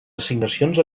assignacions